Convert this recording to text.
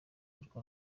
urwo